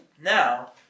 Now